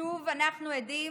שוב אנחנו עדים